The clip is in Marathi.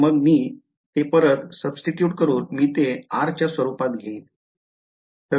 तर मग मी ते परत सुब्स्टिट्युट करून मी ते r च्या स्वरूपात घेईल